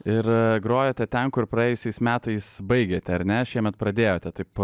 ir grojote ten kur praėjusiais metais baigėte ar ne šiemet pradėjote taip